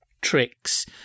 tricks